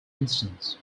instance